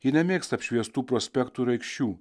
ji nemėgsta apšviestų prospektų ir aikščių